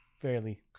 Fairly